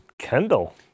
Kendall